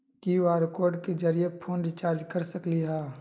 QR code के जरिय phone recharge कर सकली ह?